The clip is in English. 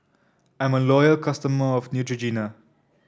I'm a loyal customer of Neutrogena